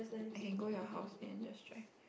I can go your house then just drive